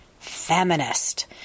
feminist